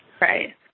Right